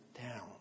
down